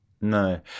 no